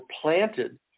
planted